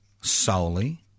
solely